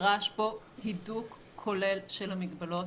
נדרש פה הידוק כולל של המגבלות